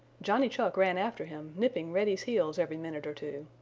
johnny chuck ran after him, nipping reddy's heels every minute or two.